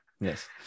Yes